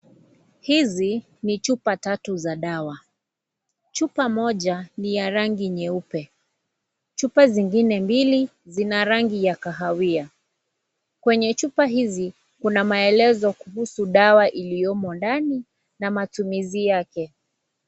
Hizi ni chupa tatu za dawa. Chupa moja ni ya rangi nyeupe. Chupa zingine mbili zina rangi ya kahawia. Kwenye chupa hizi, kuna maelezo kuhusu dawa iliyomo ndani na matumizi yake.